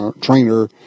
trainer